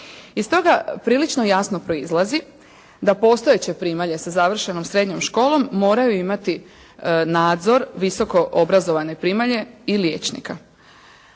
Iz toga prilično jasno proizlazi da postojeće primalje sa završenom srednjom školom moraju imati nadzor visoko obrazovane primalje i liječnika.